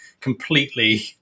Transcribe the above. completely